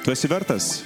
tu esi vertas